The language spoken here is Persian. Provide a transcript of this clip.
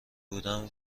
بودم